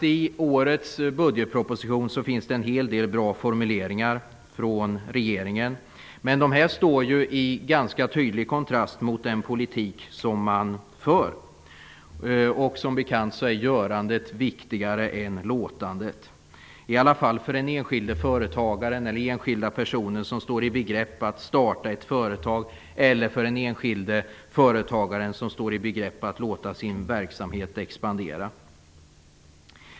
I årets budgetproposition finns det en hel del bra formuleringar från regeringen. Men de står i ganska tydlig kontrast till den politik som man för. Som bekant är görandet viktigare än låtandet för den enskilda personen som står i begrepp att starta ett företag eller den enskilde företagaren som står i begrepp att låta sin verksamhet expandera.